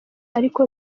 ariko